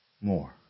more